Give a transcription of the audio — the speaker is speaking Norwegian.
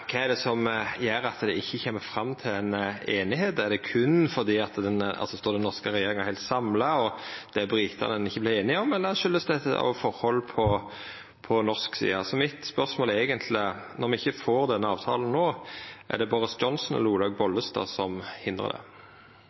kva det er som gjer at ein ikkje kjem fram til einigheit. Står den norske regjeringa heilt samla, er det britane som ikkje vert einige, eller har dette årsak i forhold på norsk side? Spørsmålet mitt er eigentleg, når me ikkje får denne avtalen no, om det er Boris Johnson eller Olaug Bollestad som hindrar det.